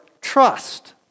trust